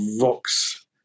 Vox